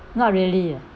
not really ah